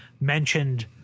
mentioned